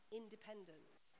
independence